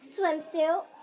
swimsuit